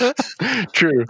True